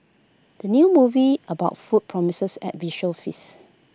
the new movie about food promises A visual feast